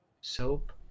soap